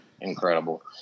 incredible